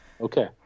Okay